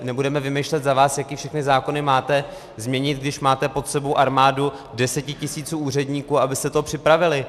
Nebudeme přece vymýšlet za vás, jaké všechny zákony máte změnit, když máte pod sebou armádu deseti tisíců úředníků, abyste to připravili.